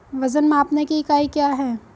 वजन मापने की इकाई क्या है?